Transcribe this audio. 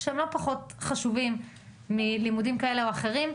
לא פחות מלימודים כאלה או אחרים.